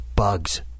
Bugs